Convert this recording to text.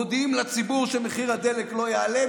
מודיעים לציבור שמחיר הדלק לא יעלה,